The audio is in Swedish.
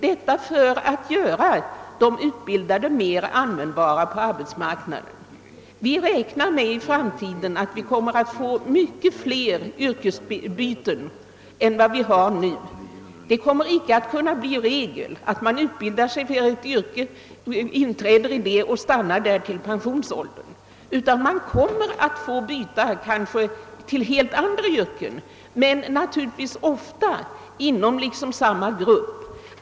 De utbildade blir då mer användbara på arbetsmarknaden. I framtiden kommer det säkert att bli många fler yrkesbyten än vi har nu. Det kommer inte att vara regel att man utbildar sig för ett visst yrke, inträder i detta och stannar där till pensionsåldern. Man kommer kanske att byta till helt andra yrken, men ofta inom samma grupp.